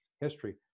history